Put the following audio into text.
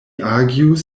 argues